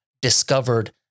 discovered